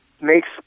makes